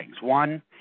One